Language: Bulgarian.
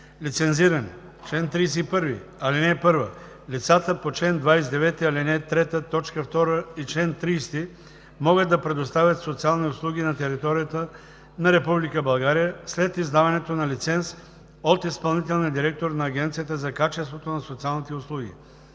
„Лицензиране Чл. 31. (1) Лицата по чл. 29, ал. 3, т. 2 и чл. 30 могат да предоставят социални услуги на територията на Република България след издаването на лиценз от изпълнителния директор на Агенцията за качеството на социалните услуги.